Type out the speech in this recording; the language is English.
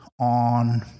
on